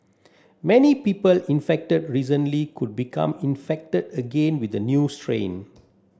many people infected recently could become infected again with a new strain